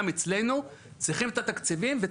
לצה"ל, לאכ"א, להעביר את המידע הזה